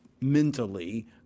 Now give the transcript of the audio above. mentally